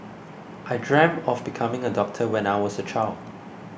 I dreamt of becoming a doctor when I was a child